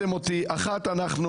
איתמר, תן לה להשלים.